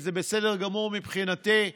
וזה בסדר גמור מבחינתי,